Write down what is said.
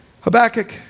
Habakkuk